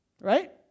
right